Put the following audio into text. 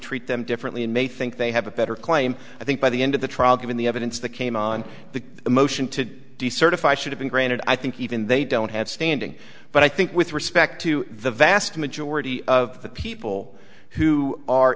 treat them differently and may think they have a better claim i think by the end of the trial given the evidence that came on the motion to decertify should have been granted i think even they don't have standing but i think with respect to the vast majority of the people who are